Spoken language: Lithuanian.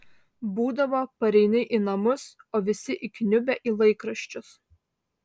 būdavo pareini į namus o visi įkniubę į laikraščius